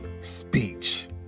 speech